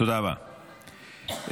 תודה רבה,